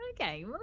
Okay